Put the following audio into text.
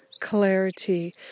clarity